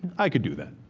i could do that.